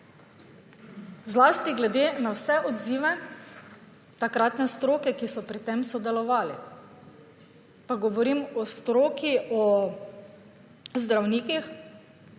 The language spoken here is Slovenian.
Zlasti glede na vse odziva takratne stroke, ki so pri tem sodelovali. Pa govorim o stroki, o zdravnikih,